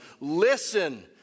Listen